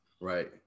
Right